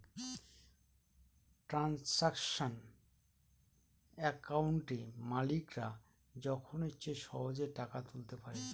transaction একাউন্টে মালিকরা যখন ইচ্ছে সহেজে টাকা তুলতে পারে